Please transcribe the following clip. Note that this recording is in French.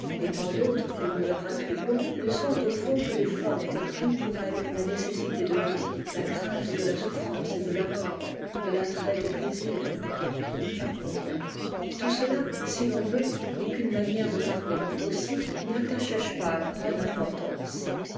et tant d'autres que nous leur attribuons ne sont au fond que les lor mes que prennent pour elles la nécessité de vivre la crainte de la souffrance et de la mort et l'attrait du plaisir j'en conviens tout cela si ton veut n'est qu'une manière de parler aussi n'y attaché je pas grande importance